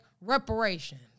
reparations